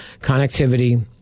connectivity